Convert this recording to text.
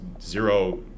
zero